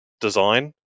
design